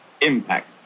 Impact